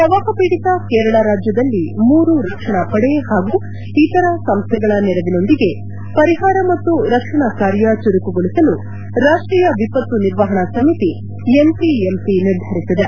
ಪ್ರವಾಹ ಪೀಡಿತ ಕೇರಳ ರಾಜ್ಯದಲ್ಲಿ ಮೂರು ರಕ್ಷಣಾ ಪಡೆ ಹಾಗೂ ಇತರ ಸಂಸ್ಥೆಗಳ ನೆರವಿನೊಂದಿಗೆ ಪರಿಹಾರ ಮತ್ತು ರಕ್ಷಣಾ ಕಾರ್ಯ ಚುರುಕುಗೊಳಿಸಲು ರಾಷ್ಷೀಯ ವಿಪತ್ತು ನಿರ್ವಹಣಾ ಸಮಿತಿ ಎನ್ಸಿಎಮ್ಸಿ ನಿರ್ಧರಿಸಿದೆ